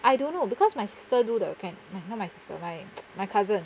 I don't know because my sister do the cannot my sister my my cousin